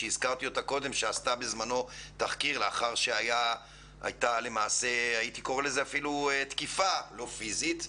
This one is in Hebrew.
שעשתה בזמנו תחקיר לאחר שהייתה תקיפה לא פיזית,